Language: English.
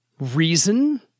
reason